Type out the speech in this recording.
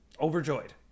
overjoyed